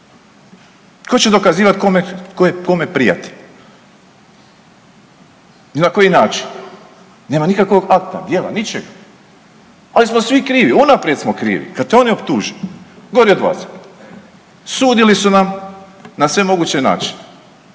kome tko je kome prijatelj i na koji način, nema nikakvog akta, djela, ničeg, ali smo svi krivi unaprijed smo krivi kad te oni optuže gori od …/nerazumljivo/…, sudili su nam na sve moguće načine.